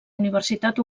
universitat